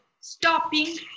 stopping